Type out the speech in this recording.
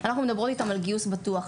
אנחנו מדברות איתן על גיוס בטוח.